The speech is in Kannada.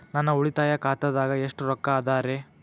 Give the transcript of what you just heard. ನನ್ನ ಉಳಿತಾಯ ಖಾತಾದಾಗ ಎಷ್ಟ ರೊಕ್ಕ ಅದ ರೇ?